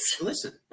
Listen